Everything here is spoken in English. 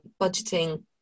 budgeting